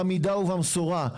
במידה ובמשורה.